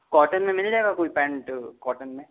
cotton मिल जाएगा कोई पेन्ट कॉटन में